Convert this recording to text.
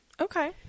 Okay